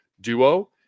duo